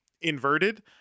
inverted